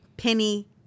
Penny